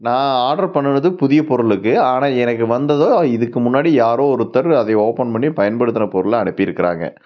நான் ஆர்டர் பண்ணினது புதிய பொருளுக்கு ஆனால் எனக்கு வந்ததோ இதுக்கு முன்னாடி யாரோ ஒருத்தர் அதை ஓப்பன் பண்ணி பயன்படுத்தின பொருளாக அனுப்பிருக்கிறாங்க